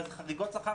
אבל זה לא חריגות שכר.